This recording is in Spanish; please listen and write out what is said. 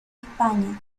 españa